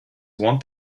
want